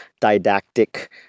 didactic